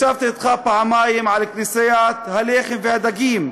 ישבתי אתך פעמיים על כנסיית הלחם והדגים,